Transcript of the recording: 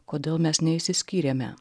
kodėl mes neišsiskyrėme